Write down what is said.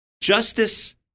Justice